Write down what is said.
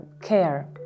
care